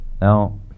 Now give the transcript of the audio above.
Now